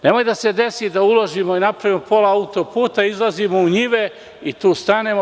Nemoj da se desi da uložimo i napravimo pola autoputa, izlazimo u njive i tu stanemo.